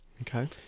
Okay